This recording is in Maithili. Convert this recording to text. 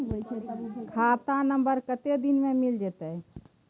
खाता नंबर कत्ते दिन मे मिल जेतै?